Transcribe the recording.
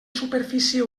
superfície